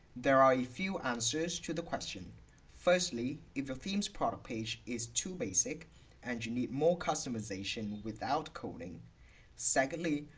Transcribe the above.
there are a few answers to the question firstly if the themes product page is too basic and you need more customization without coding secondly,